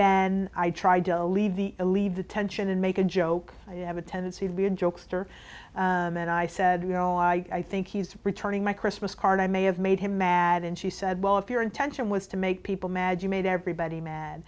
been i tried to leave the leave the tension and make a joke i have a tendency to be a jokester and i said you know i think he's returning my christmas card i may have made him mad and she said well if your intention was to make people mad you made everybody m